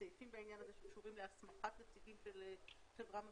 סעיפים בעניין הזה שקשורים להסמכת נציגים של חברה מפעילה.